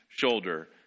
shoulder